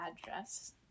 address